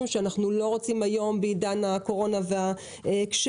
שאנחנו לא רוצים היום בעידן הקורונה והקשיים,